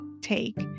take